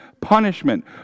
punishment